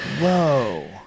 Whoa